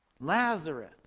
Lazarus